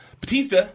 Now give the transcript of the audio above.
Batista